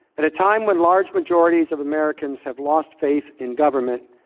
at a time when large majorities of americans have lost faith in government.